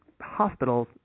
hospitals